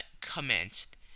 commenced